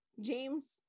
james